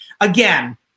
Again